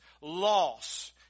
loss